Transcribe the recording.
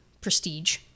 prestige